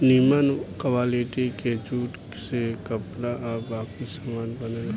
निमन क्वालिटी के जूट से कपड़ा आ बाकी सामान बनेला